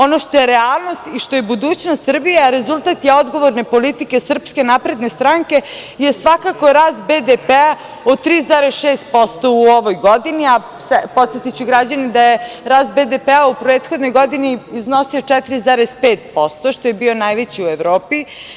Ono što je realnost, što je budućnost Srbije, a rezultat je odgovorne politike SNS je svakako rast BDP od 3,6% u ovoj godini, a podsetiću građane da je rast BDP u prethodnoj godini iznosio 4,5%, što je bio najveći u Evropi.